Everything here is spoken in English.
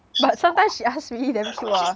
like sometimes she ask really damn true ah